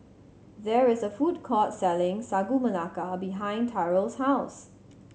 there is a food court selling Sagu Melaka behind Tyrell's house